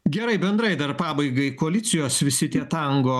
gerai bendrai dar pabaigai koalicijos visi tie tango